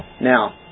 Now